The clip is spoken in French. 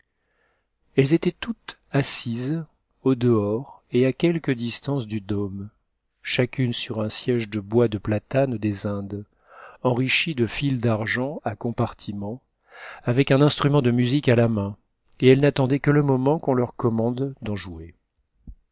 elles étaient toutes assises au dehors et à e distance du dôme chacune sur un siège de bois de platane des ehnchl de fil d'argent à compartiments avec un instrument de s main et elles n'attendaient que le moment qu'on leur com jouer